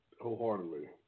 wholeheartedly